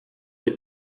les